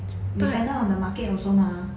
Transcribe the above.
dependant on the market also mah